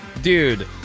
dude